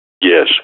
Yes